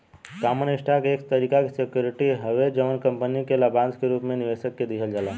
common stock एक तरीका के सिक्योरिटी हवे जवन कंपनी के लाभांश के रूप में निवेशक के दिहल जाला